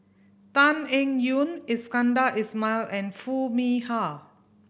Tan Eng Yoon Iskandar Ismail and Foo Mee Har